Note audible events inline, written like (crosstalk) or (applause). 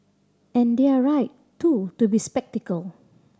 and they're right too to be (unintelligible)